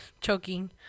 choking